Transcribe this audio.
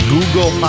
Google